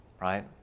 right